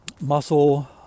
muscle